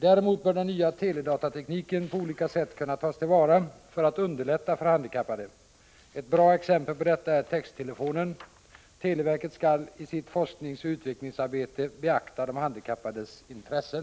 Däremot bör den nya teleoch datatekniken på olika sätt kunna tas till vara för att underlätta för de handikappade. Ett bra exempel på detta är texttelefonen. Televerket skall i sitt forskningsoch utvecklingsarbete beakta de handikappades intressen.